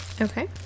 Okay